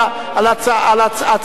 25 בעד, אין מתנגדים, אין נמנעים.